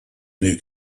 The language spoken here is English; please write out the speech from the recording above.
new